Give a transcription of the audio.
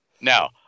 Now